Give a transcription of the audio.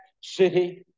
city